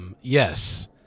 Yes